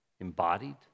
embodied